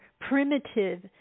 primitive